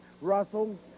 Russell